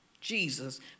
Jesus